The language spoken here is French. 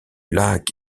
lac